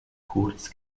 kurz